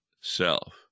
self